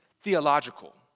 theological